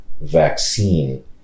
vaccine